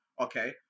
okay